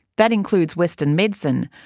that includes western medicine,